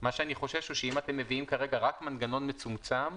מה שאני חושש הוא שאם אתם מביאים כרגע מנגנון מצומצם,